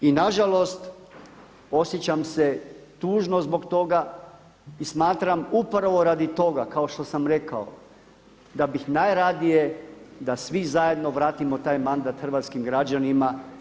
I na žalost osjećam se tužno zbog toga i smatram upravo radi toga kao što sam rekao da bih najradije da svi zajedno vratimo taj mandat hrvatskim građanima.